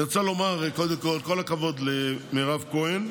אני רוצה לומר קודם כול כל הכבוד למירב כהן,